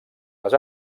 les